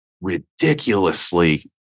ridiculously